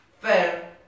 fair